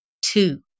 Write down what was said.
Two